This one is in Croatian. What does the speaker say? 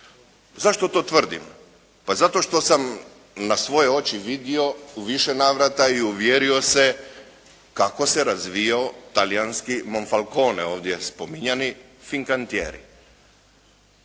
Zašto to tvrdim? Pa zato što sam na svoje oči vidio u više navrata i uvjerio se kako se razvijao talijanski "Molfacone" ovdje spominjani "Fincantjeri".